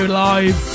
live